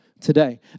today